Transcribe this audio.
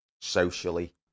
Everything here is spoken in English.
socially